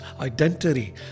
identity